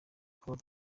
col